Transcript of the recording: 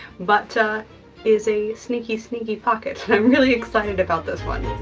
but is a sneaky, sneaky pocket, and i'm really excited about this one.